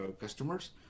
customers